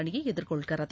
அணியை எதிர்கொள்கிறது